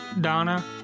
Donna